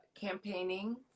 campaigning